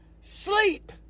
sleep